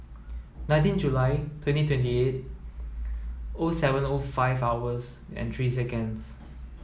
nineteen July twenty twenty eight O seven O five hours and three seconds